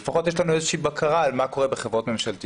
אז לפחות יש לנו איזושהי בקרה על מה שקורה בחברות ממשלתיות.